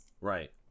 Right